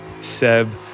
Seb